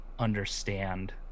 understand